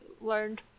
learned